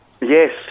Yes